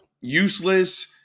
useless